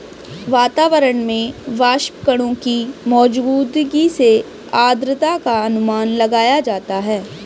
वातावरण में वाष्पकणों की मौजूदगी से आद्रता का अनुमान लगाया जाता है